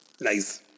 Nice